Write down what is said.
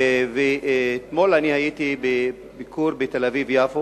אתמול הייתי בביקור בתל-אביב יפו